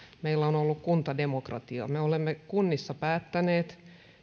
meillä on ollut kuntademokratia me olemme kunnissa päättäneet